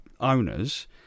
owners